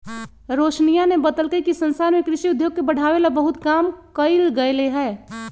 रोशनीया ने बतल कई कि संसार में कृषि उद्योग के बढ़ावे ला बहुत काम कइल गयले है